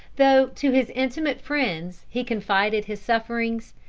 though to his intimate friends he confided his sufferings,